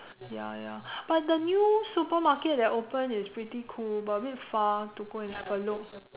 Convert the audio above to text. ya ya but the new supermarket that opened is pretty cool but a bit far to go and have a look